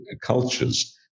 cultures